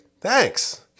thanks